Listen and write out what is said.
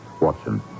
Watson